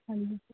ਹਾਂਜੀ ਸਰ